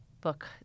book